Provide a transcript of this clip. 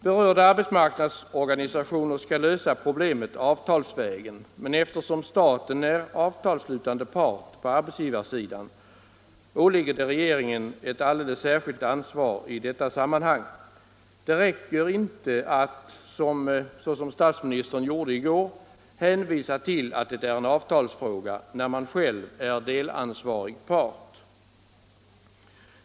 Berörda arbetsmarknadsorganisationer skall lösa problemet avtalsvägen, men eftersom staten är avtalsslutande part på arbetsgivarsidan åligger det regeringen ett alldeles särskilt ansvar i detta sammanhang. Det räcker inte att — såsom statsministern gjorde i går — hänvisa till att det är en avtalsfråga när man själv är delansvarig part.